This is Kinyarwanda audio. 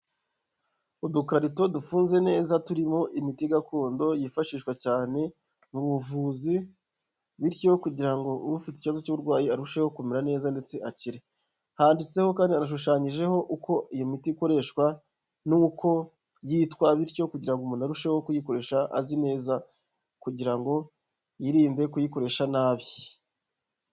Udukarito dufunze neza turimo imiti gakondo yifashishwa cyane mu buvuzi, bityo kugira ngo ufite ikibazo cy'uburwayi arusheho kumera neza ndetse akire. Handitseho kandi hanashushanyijeho uko iyi miti ikoreshwa n'uko yitwa, bityo kugira ngo umuntu arusheho kuyikoresha azi neza kugira ngo yirinde kuyikoresha nabi.